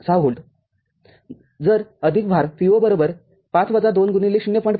६V जर अधिक भार V0 ५ - २x०